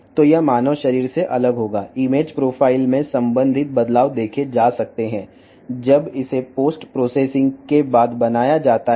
కాబట్టి ఇది మానవ శరీరానికి భిన్నంగా ఉంటుంది పోస్ట్ ప్రాసెసింగ్ తర్వాత సృష్టించబడినప్పుడు సంబంధిత వైవిధ్యాలు ఇమేజ్ ప్రొఫైల్లో చూడవచ్చు